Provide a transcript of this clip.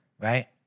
Right